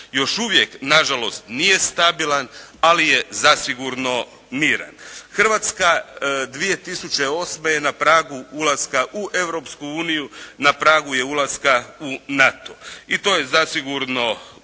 još uvijek na žalost nije stabilan, ali je zasigurno miran. Hrvatska 2008. je na pragu ulaska u Europsku uniju, na pragu je ulaska u NATO. I to je zasigurno